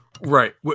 Right